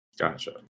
Gotcha